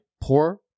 poor